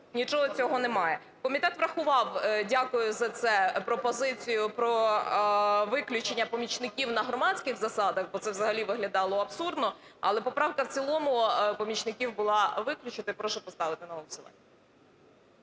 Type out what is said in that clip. нічого цього немає. Комітет врахував, дякую за це, пропозицію про виключення помічників на громадських засадах, бо це взагалі виглядало абсурдно. Але поправка в цілому помічників була виключити. Прошу поставити на